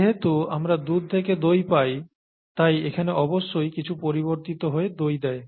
যেহেতু আমরা দুধ থেকে দই পাই তাই এখানে অবশ্যই কিছু পরিবর্তিত হয়ে দই দেয়